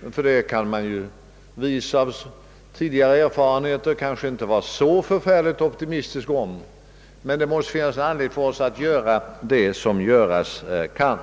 Därvidlag kan man nämligen, vis av tidigare erfarenheter, kanske inte vara så optimistisk. Men det finns anledning för oss att göra det som göras kan.